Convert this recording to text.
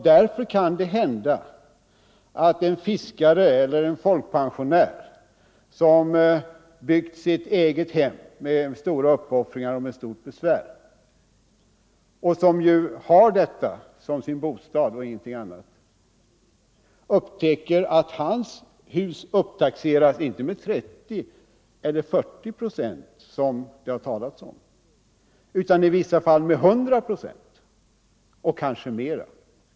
Därför kan det hända att en fiskare eller folkpensionär som byggt sig ett eget hem med stora uppoffringar och besvär och som använder det som sin bostad och ingenting annat, upptäcker att hans hus upptaxeras inte med 30 eller 40 procent utan i vissa fall med 100 procent och kanske mer.